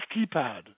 keypad